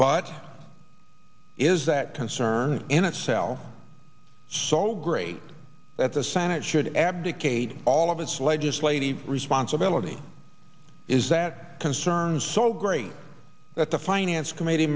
but is that concern in a cell so great that the senate should abdicate all of its legislative responsibility is that concerned so great that the finance committee